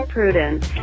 Prudence